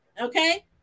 Okay